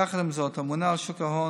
יחד עם זאת, הממונה על שוק ההון,